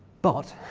but